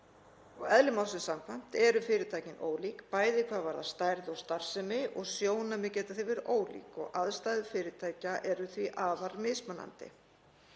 Eðli máls samkvæmt eru fyrirtækin ólík, bæði hvað varðar stærð og starfsemi, og sjónarmið geta því verið ólík. Aðstæður fyrirtækja eru því afar mismunandi.“